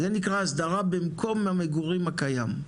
זה נקרא "הסדרה במקום המגורים הקיים".